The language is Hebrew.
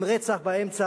עם רצח באמצע,